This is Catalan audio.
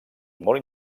molt